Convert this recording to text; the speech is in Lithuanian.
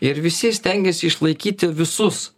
ir visi stengiasi išlaikyti visus